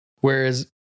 Whereas